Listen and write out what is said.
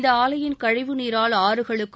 இந்த ஆலையின் கழிவு நீரால் ஆறுகளுக்கும்